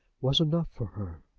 was enough for her.